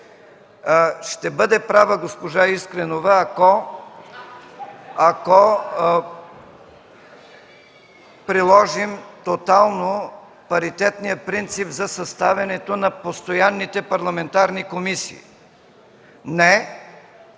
Ще бъде права госпожа Искренова, ако приложим тотално паритетния принцип за съставянето на постоянните парламентарни комисии. Не,